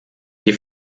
die